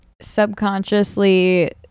subconsciously